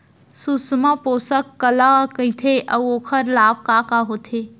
सुषमा पोसक काला कइथे अऊ ओखर लाभ का का होथे?